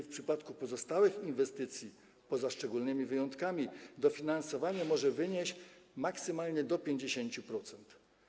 W przypadku pozostałych inwestycji poza szczególnymi wyjątkami dofinansowanie może wynieść maksymalnie do 50%.